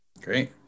Great